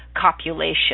copulation